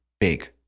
big